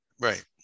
Right